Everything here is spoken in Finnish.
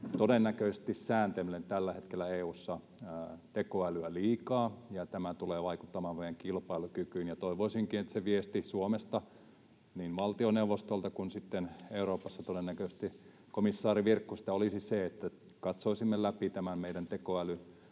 todennäköisesti sääntelemme tällä hetkellä EU:ssa tekoälyä liikaa, ja tämä tulee vaikuttamaan meidän kilpailukykyyn. Toivoisinkin, että se viesti niin Suomesta valtioneuvostolta kuin sitten Euroopasta todennäköisesti komissaari Virkkuselta olisi se, että katsoisimme läpi tämän meidän